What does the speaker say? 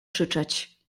krzyczeć